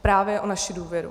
Právě o naši důvěru.